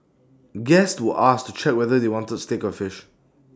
guests to asked to check whether they wanted steak or fish